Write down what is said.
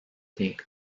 değil